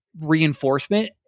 reinforcement